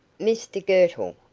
mr girtle,